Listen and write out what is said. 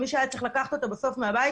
מי שהיה צריך לקחת אותו בסופו של דבר מהבית